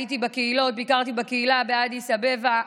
הייתי בקהילות, ביקרתי בקהילה באדיס אבבה.